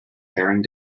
bearing